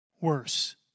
worse